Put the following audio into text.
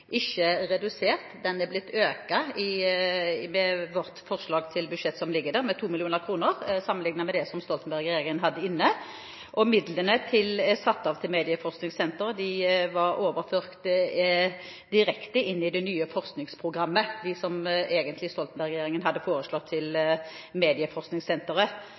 ikke redusert. Den er økt i vårt forslag til budsjett med 2 mill. kr sammenliknet med det som Stoltenberg-regjeringen hadde i sitt budsjett. Midlene som er satt av til medieforskningssenteret, ble overført direkte til det nye forskningsprogrammet – de midlene som Stoltenberg-regjeringen egentlig hadde foreslått til medieforskningssenteret.